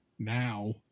Now